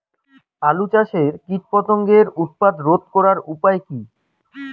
আলু চাষের কীটপতঙ্গের উৎপাত রোধ করার উপায় কী?